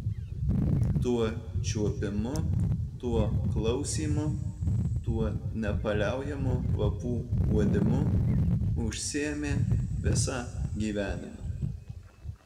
tuo čiuopimu tuo klausymu tuo nepaliaujamu kvapų uodimu užsiėmė visą gyvenimą